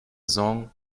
song